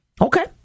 Okay